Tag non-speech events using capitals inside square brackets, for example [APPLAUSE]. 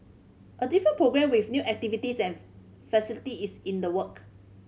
a different programme with new activities and [UNINTELLIGIBLE] facility is in the work